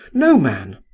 no man,